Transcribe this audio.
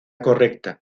correcta